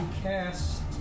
cast